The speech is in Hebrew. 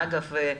ואגב,